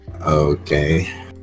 Okay